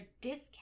discount